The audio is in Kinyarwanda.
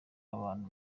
abantu